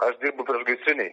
aš dirbu priešgaisrinėj